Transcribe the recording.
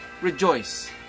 rejoice